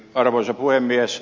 arvoisa puhemies